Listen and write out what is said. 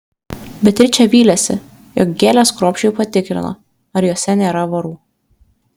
beatričė vylėsi jog gėles kruopščiai patikrino ar jose nėra vorų